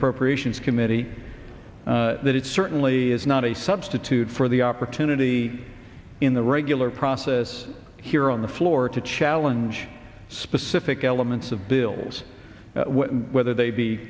appropriations committee that it certainly is not a substitute for the opportunity in the regular process here on the floor to challenge specific elements of bills whether they be